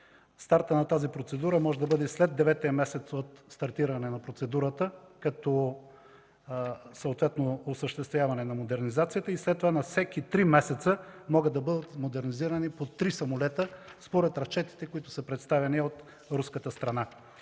стартът на тази процедура може да бъде след деветия месец от стартиране на процедурата, като съответно осъществяване на модернизацията и след това на всеки три месеца могат да бъдат модернизирани по три самолета, според разчетите, които са представени от руската страна.